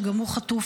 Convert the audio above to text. שגם הוא חטוף,